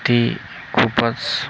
ती खूपच